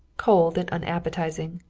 cold and unappetizing.